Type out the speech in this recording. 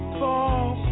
fall